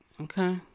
Okay